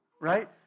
right